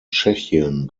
tschechien